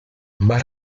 más